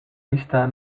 lista